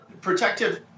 protective